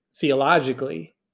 theologically